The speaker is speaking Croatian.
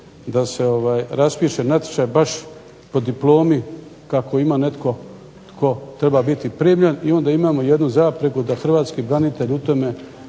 da se raspiše natječaj baš po diplomi kako ima netko tko treba biti primljen i onda imamo jednu zapreku da hrvatski branitelj u tome